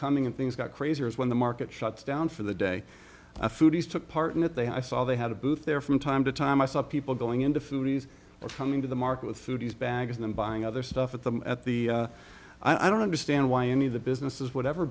coming and things got crazier is when the market shuts down for the day i foodies took part in it they i saw they had a booth there from time to time i saw people going into foodies or coming to the market with foodies bags and buying other stuff at them at the i don't understand why any of the businesses would ever